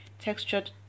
textured